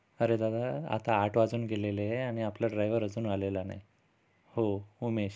अरे दादा आता आठ वाजून गेलेले आणि आपला ड्रायवर अजून आलेला नाही हो उमेश